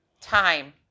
time